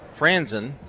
Franzen